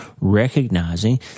recognizing